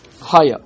higher